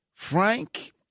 Frank